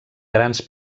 grans